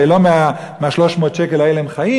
הרי לא מ-300 השקל האלה הם חיים,